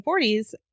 1940s